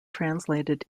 translated